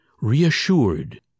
reassured